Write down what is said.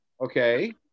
Okay